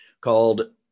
called